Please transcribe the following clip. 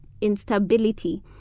instability